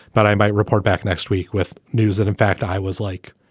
but i might report back next week with news that in fact, i was like,